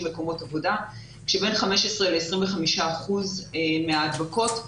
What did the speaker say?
מקומות עבודה כאשר בין 15 ל-25 אחוזים מההדבקות האלה,